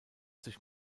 sich